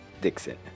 Dixon